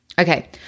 Okay